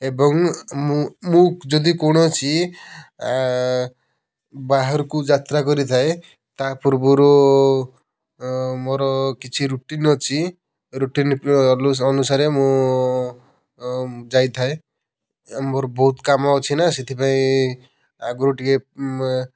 ଏବଂ ମୁଁ ମୁଁ ଯଦି କୌଣସି ବାହାରକୁ ଯାତ୍ରା କରିଥାଏ ତା ପୂର୍ବରୁ ମୋର କିଛି ରୁଟିନ୍ ଅଛି ରୁଟିନ୍ ଅନୁସାରେ ମୁଁ ଯାଇଥାଏ ମୋର ବହୁତ କାମ ଅଛି ନା ସେଥିପାଇଁ ଆଗରୁ ଟିକେ